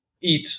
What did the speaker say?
eat